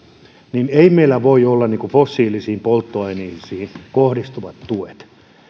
niin ei meillä voi olla fossiilisiin polttoaineisiin kohdistuvia tukia